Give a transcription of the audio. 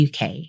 UK